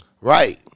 Right